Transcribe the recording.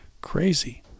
crazy